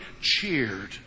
cheered